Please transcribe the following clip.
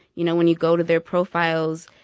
you know, when you go to their profiles,